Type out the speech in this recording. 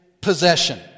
possession